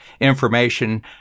information